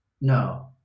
no